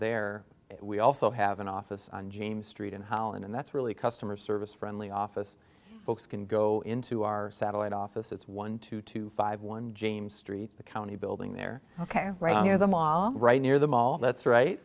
there we also have an office on james street in holland and that's really customer service friendly office folks can go into our satellite offices one to two five one james street the county building there ok right here the ma right near the mall that's right